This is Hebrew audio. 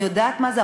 אני יודעת מה זה,